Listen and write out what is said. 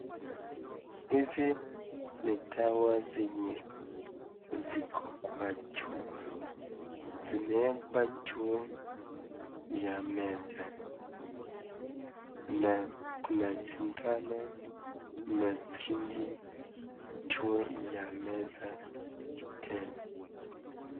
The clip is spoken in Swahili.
Dawa zenye ziko kwa chupa zimewekwa juu ya meza na kuna sindano na syringe pia.